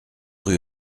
rue